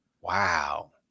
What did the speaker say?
Wow